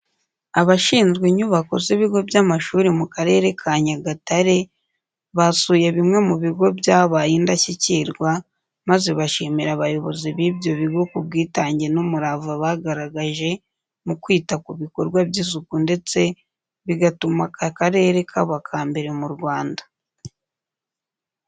Abashinzwe inyubako z'ibigo by'amashuri mu Karere ka Nyagatare, basuye bimwe mu bigo byabaye indashyikirwa maze bashimira abayobozi b'ibyo bigo ku bwitange n'umurava bagaragaje mu kwita ku bikorwa by'isuku ndetse bigatuma aka karere kaba akambere mu Rwanda.